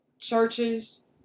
churches